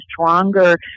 stronger